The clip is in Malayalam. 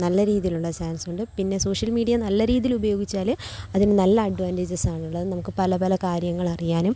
നല്ല രീതിയിലുള്ള ചാൻസ് ഉണ്ട് പിന്നെ സോഷ്യൽ മീഡിയ നല്ല രീതിയിൽ ഉപയോഗിച്ചാല് അതിന് നല്ല അഡ്വാൻറ്റേജസാണുള്ളത് അത് നമുക്ക് പല പല കാര്യങ്ങൾ അറിയാനും